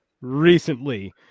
recently